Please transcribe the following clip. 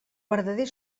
vertader